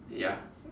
ya